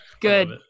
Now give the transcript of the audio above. Good